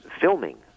filming